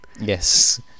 yes